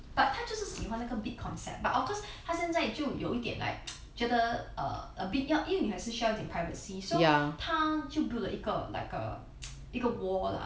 but 他就是喜欢那个 big concept but of course 她现在就有一点 like 觉得 err a bit 要因为你还是需要一点 privacy so 他就 build 了一个 like a 一个 wall lah